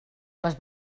les